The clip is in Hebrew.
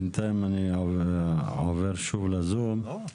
בנתיים אני עובר שוב לזום.